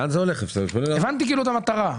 הבנתי את המטרה.